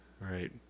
right